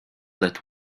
that